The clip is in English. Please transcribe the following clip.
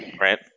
right